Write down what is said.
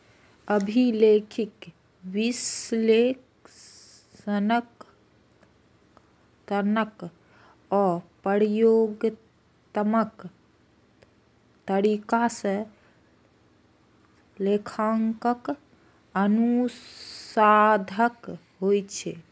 अभिलेखीय, विश्लेषणात्मक आ प्रयोगात्मक तरीका सं लेखांकन अनुसंधानक होइ छै